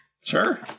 Sure